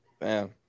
Bam